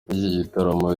gitaramo